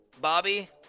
Bobby